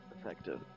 effective